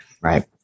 Right